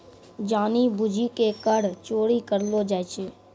जानि बुझि के कर चोरी करलो जाय छै